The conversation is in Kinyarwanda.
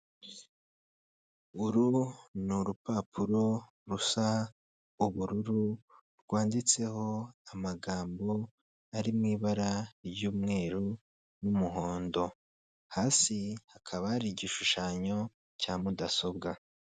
Uruhu ni urupapuro rusa ubururu rwanditseho amagambo ari mu ibara ry'umweru n'umuhondo hasi hakaba hari igishushanyo cya mudasobwa.